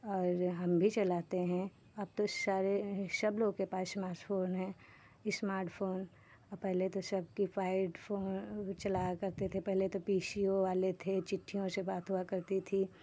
और हम भी चलाते हैं अब तो सारे सब लोग के पास स्मार्ट फोन है स्मार्ट फोन और पहले तो सब लोग की पैड फोन भी चलाया करते थे पहले तो पी सी ओ वाले थे चिट्ठियों से बात हुआ करती थी